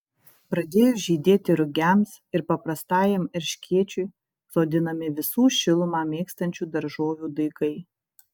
pradėjus žydėti rugiams ir paprastajam erškėčiui sodinami visų šilumą mėgstančių daržovių daigai